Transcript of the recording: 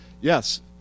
yes